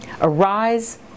Arise